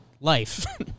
life